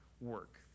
work